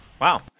Wow